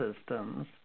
systems